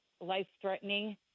life-threatening